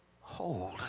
hold